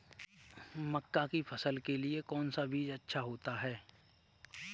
मक्का की फसल के लिए कौन सा बीज अच्छा होता है?